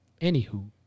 anywho